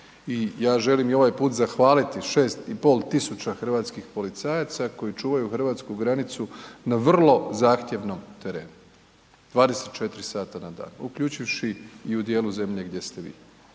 i ja želim i ovaj put zahvaliti 6.500 hrvatskih policajaca koji čuvaju Hrvatsku granicu na vrlo zahtjevnom terenu, 24 sata na dan, uključivši i u dijelu zemlje gdje ste vi.